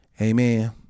Amen